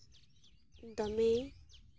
ᱫᱚᱢᱮ